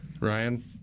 Ryan